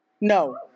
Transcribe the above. No